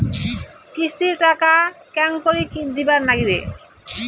কিস্তির টাকা কেঙ্গকরি দিবার নাগীবে?